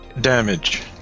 damage